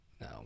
No